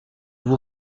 vous